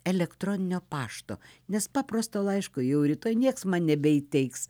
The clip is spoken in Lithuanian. elektroninio pašto nes paprasto laiško jau rytoj nieks man nebeįteiks